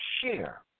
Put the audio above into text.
share